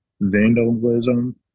vandalism